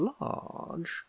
large